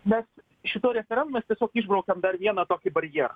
mes šituo referendumu mes tiesiog išbraukiam dar vieną tokį barjerą